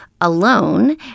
alone